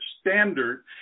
standard